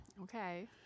Okay